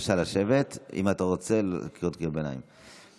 בבקשה לשבת, אם אתה רוצה קריאות ביניים.